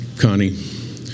Connie